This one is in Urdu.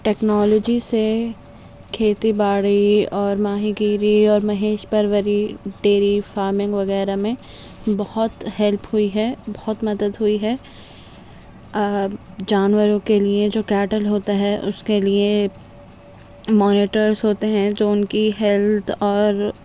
ٹیکنالوجی سے کھیتی باڑی اور ماہی گیری اور مہیش پروری ڈیری فارمنگ وغیرہ میں بہت ہیلپ ہوئی ہے بہت مدد ہوئی ہے جانوروں کےلیے جو کیٹل ہوتا ہے اس کےلیے مانیٹرس ہوتے ہیں جو ان کی ہیلتھ اور